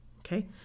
Okay